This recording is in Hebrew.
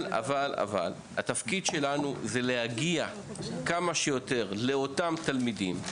אבל התפקיד שלנו זה להגיע לכמה שיותר מאותם תלמידים,